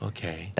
Okay